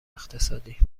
اقتصادی